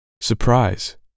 Surprise